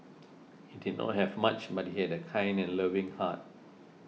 he did not have much but he had a kind and loving heart